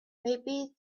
maybe